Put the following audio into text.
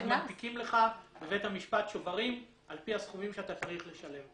אז מנפיקים לך בבית המשפט שוברים על פי הסכומים שאתה צריך לשלם.